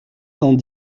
cent